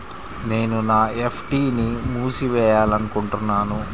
నేను నా ఎఫ్.డీ ని మూసివేయాలనుకుంటున్నాను